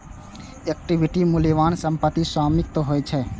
equity मूल्यवान संपत्तिक स्वामित्व होइ छै